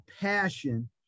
passion